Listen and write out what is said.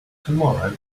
tomorrow